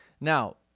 Now